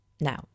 Now